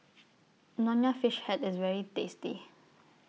Nonya Fish Head IS very tasty